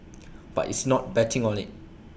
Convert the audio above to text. but it's not betting on IT